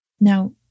Now